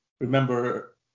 remember